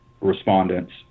respondents